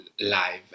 live